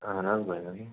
اہن حظ بنیٚن